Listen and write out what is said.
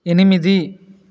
ఎనిమిది